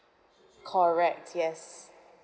correct yes